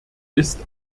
ist